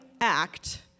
act